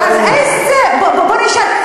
בוא נשאל,